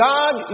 God